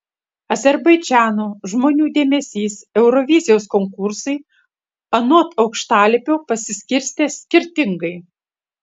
azerbaidžano žmonių dėmesys eurovizijos konkursui anot aukštalipio pasiskirstęs skirtingai